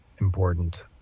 important